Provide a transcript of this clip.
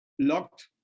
locked